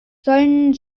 sollen